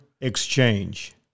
exchange